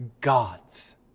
God's